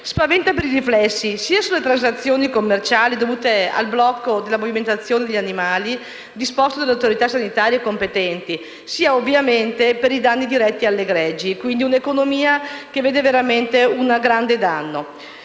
spaventa per i riflessi sia sulle transazioni commerciali dovute al blocco della movimentazione degli animali, disposto dalle autorità sanitarie competenti, sia ovviamente per i danni diretti alle greggi. Quindi si tratta di un'economia che subisce veramente un grande danno.